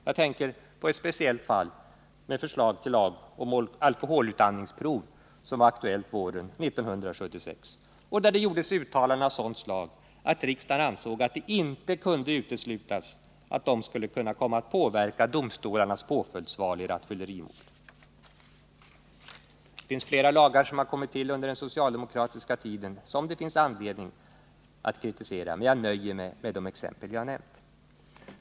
Jag tänker på ett speciellt fall med förslag till lag om alkoholutandningsprov som var aktuellt våren 1976. Där gjordes det uttalanden av sådant slag att riksdagen ansåg att det inte kunde uteslutas att proven skulle kunna komma att påverka domstolarnas påföljdsval i rattfyllerimål. Det finns flera lagar som har tillkommit under den socialdemokratiska regeringstiden som det finns anledning att kritisera, men jag nöjer mig med de exempel jag nämnt.